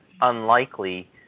unlikely